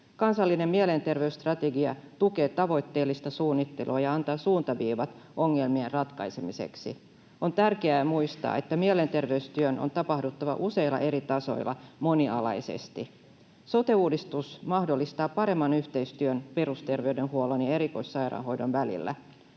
Kansallinen mielenterveysstrategia tukee tavoitteellista suunnittelua ja antaa suuntaviivat ongelmien ratkaisemiseksi. On tärkeää muistaa, että mielenter- veystyön on tapahduttava useilla eri tasoilla, monialaisesti. Sote-uudistus mahdollistaa paremman yhteistyön perusterveydenhuollon ja erikoissairaanhoidon välillä,